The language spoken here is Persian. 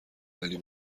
ولی